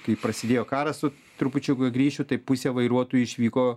kai prasidėjo karas su trupučiuką grįšiu tai pusė vairuotojų išvyko